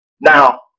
Now